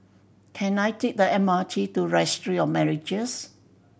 can I take the M R T to Registry of Marriages